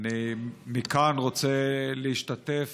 אני מכאן רוצה להשתתף